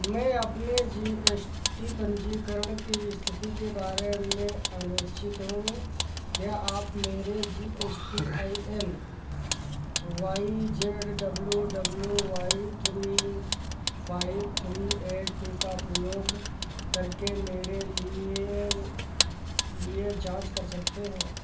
मैं अपने G S T पंजीकरण की स्थिति के बारे में अनिश्चित हूँ क्या आप मेरे G S T I N Y Z W W Y three five three eight two का प्रयोग करके मेरे लिए लिए जाँच कर सकते हैं